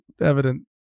evident